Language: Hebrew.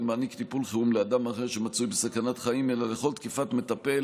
מעניק טיפול חירום לאדם אחר שמצוי בסכנת חיים אלא לכל תקיפת מטפל